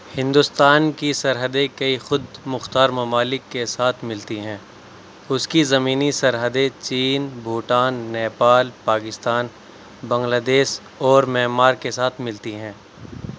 ہندوستان کی سرحدیں کئی خود مختار ممالک کے ساتھ ملتی ہیں اس کی زمینی سرحدیں چین بھوٹان نیپال پاکستان بنگلہ دیش اور میانمار کے ساتھ ملتی ہیں